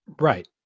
Right